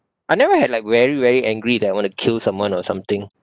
I never had like very very angry that I want to kill someone or something